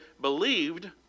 believed